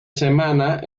semana